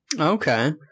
Okay